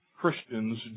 Christians